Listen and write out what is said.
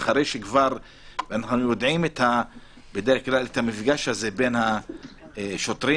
אנחנו יודעים על המפגש הזה בין השוטרים